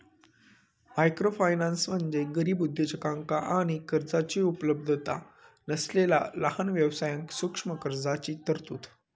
microfinance म्हणजे गरीब उद्योजकांका आणि कर्जाचो उपलब्धता नसलेला लहान व्यवसायांक सूक्ष्म कर्जाची तरतूद